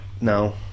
No